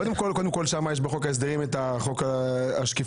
קודם כול בחוק ההסדרים יש את חוק השקיפות,